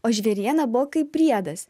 o žvėriena buvo kaip priedas